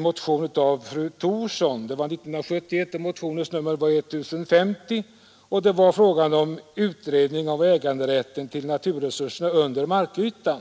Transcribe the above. motionen 1971:1050 av fru Thorsson m.fl. angående utredning av äganderätten till naturresurser under markytan.